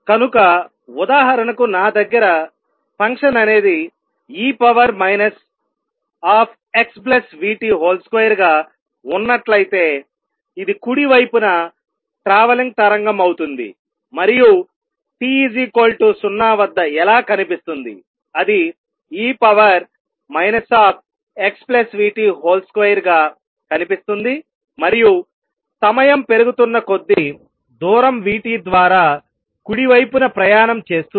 కనుక ఉదాహరణకు నా దగ్గర ఫంక్షన్ అనేది e xvt2 గా ఉన్నట్లయితేఇది కుడి వైపున ట్రావలింగ్ తరంగం అవుతుంది మరియు t0 వద్ద ఎలా కనిపిస్తుందిఅది e xvt2 గా కనిపిస్తుంది మరియు సమయం పెరుగుతున్న కొద్దీ దూరం v t ద్వారా కుడి వైపున ప్రయాణం చేస్తుంది